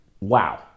wow